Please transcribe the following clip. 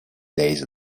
days